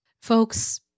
Folks